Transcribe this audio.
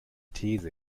these